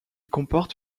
comporte